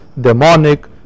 demonic